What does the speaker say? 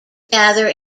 gather